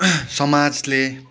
समाजले